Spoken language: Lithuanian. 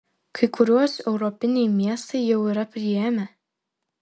kai kuriuos europiniai miestai jau yra priėmę